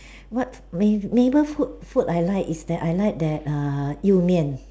what may neighbour food food I like is that I like that err You-Mian